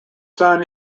son